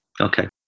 Okay